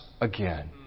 again